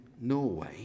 Norway